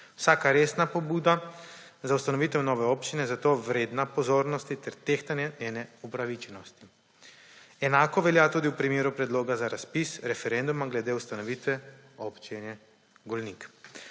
Vsaka resna pobuda za ustanovitev nove občine je zato vredna pozornosti ter tehtanja njene upravičenosti. Enako velja tudi v primeru predloga za razpis referenduma glede ustanovitve Občine Golnik.